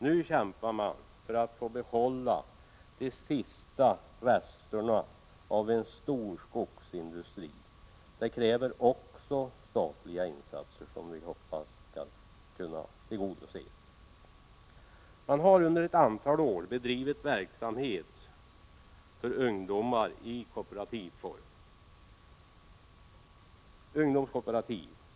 Nu kämpar man för att få behålla de sista resterna av en stor skogsindustri. Det kräver också statliga insatser, som vi hoppas skall komma. Man har under ett antal år bedrivit verksamhet för ungdomar i kooperativ form, s.k. ungdomskooperativ.